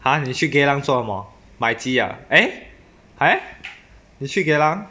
!huh! 你去 geylang 做么买鸡啊 eh eh 你去 geylang